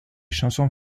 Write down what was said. chansons